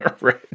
Right